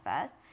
first